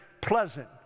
pleasant